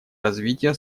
развития